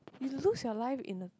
you lose your life in a